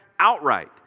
outright